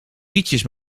frietjes